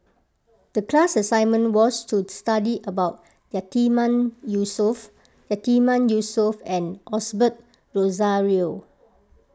the class assignment was to study about Yatiman Yusof Yatiman Yusof and Osbert Rozario